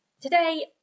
today